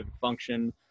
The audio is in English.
function